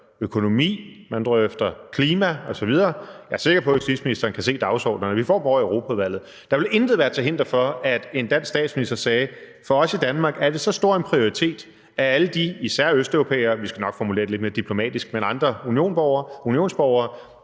økonomi, men drøfter klima osv. Jeg er sikker på, justitsministeren kan se dagsordenerne. Vi får dem ovre i Europaudvalget. Der vil intet være til hinder for, at en dansk statsminister sagde: For os i Danmark er det så stor en prioritet, at alle, især østeuropæere – vi skal nok formulere det lidt mere diplomatisk, men altså andre unionsborgere